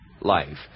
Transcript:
life